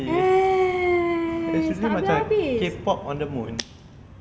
it's really macam K-pop on the moon